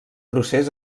procés